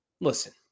Listen